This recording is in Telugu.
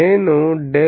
నేను ∇